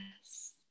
Yes